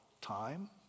time